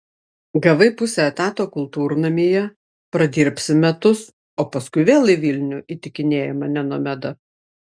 gavai pusę etato kultūrnamyje pradirbsi metus o paskui vėl į vilnių įtikinėja mane nomeda